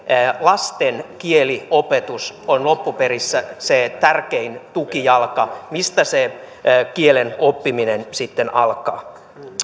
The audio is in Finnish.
lasten kieliopetus on loppupeleissä se tärkein tukijalka mistä se kielen oppiminen sitten alkaa